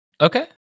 okay